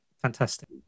Fantastic